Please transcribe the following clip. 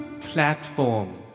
platform